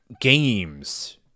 Games